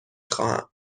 خواهم